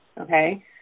Okay